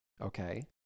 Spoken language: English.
Okay